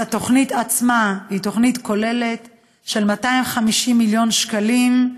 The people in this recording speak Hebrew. זוהי תוכנית כוללת של 250 מיליון שקלים,